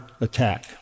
attack